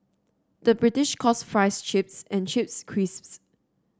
the British calls fries chips and chips crisps